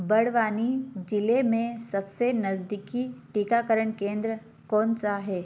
बड़वानी जिले में सबसे नज़दीकी टीकाकरण केंद्र कौन सा हे